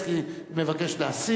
השתכנעת, וחבר הכנסת בילסקי מבקש להסיר.